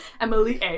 Emily